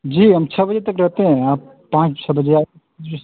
जी हम छः बजे तक रहते हैं आप पाँच छः बजे आ जी